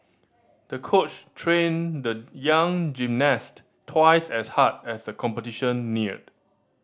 the coach trained the young gymnast twice as hard as the competition neared